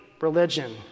religion